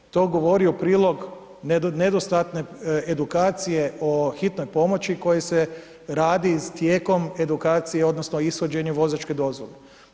To govori u prilog nedostatne edukacije o hitnoj pomoći koji se radi tijekom edukacije, odnosno ishođenje vozačke dozvole.